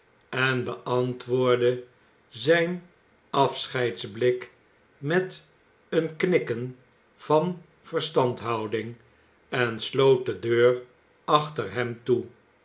en beantwoordde zijn afscheidsb ik met een knikken van verstandhouding en sloot de deur achter hem toe